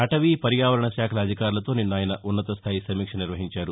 అటవీ పర్యావరణ శాఖల అధికారులతో నిన్న ఆయన ఉన్నత స్దాయి సమీక్ష నిర్వహించారు